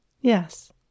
Yes